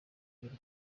y’u